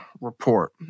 report